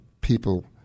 people